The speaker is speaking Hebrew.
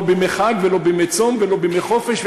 לא בימי חג, ולא בימי צום ולא בימי חופש.